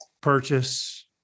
purchase